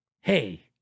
hey